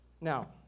Now